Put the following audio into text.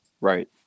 right